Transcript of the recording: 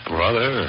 Brother